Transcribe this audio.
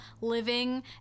living